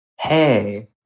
hey